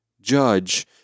judge